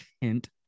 hint